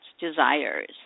desires